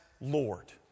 Lord